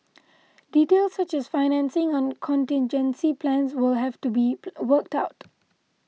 details such as financing and contingency plans will have to be a worked out